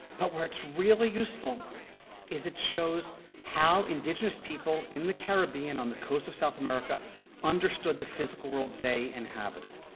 but where it's really useful is it shows how indigenous people in the caribbean on the coast of south america understood the physical world they inhabited,